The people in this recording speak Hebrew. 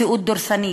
מציאות דורסנית,